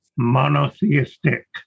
monotheistic